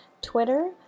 Twitter